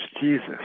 Jesus